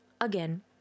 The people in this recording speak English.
again